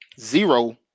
zero